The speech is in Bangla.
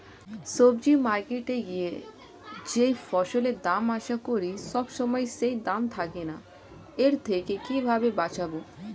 সবজি মার্কেটে গিয়ে যেই ফসলের দাম আশা করি সবসময় সেই দাম থাকে না এর থেকে কিভাবে বাঁচাবো?